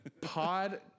Pod